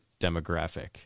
demographic